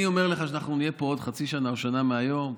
אני אומר לך שאנחנו נהיה כאן עוד חצי שנה או שנה מהיום,